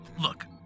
Look